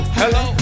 hello